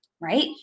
Right